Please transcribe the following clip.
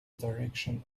direction